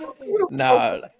No